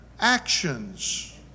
actions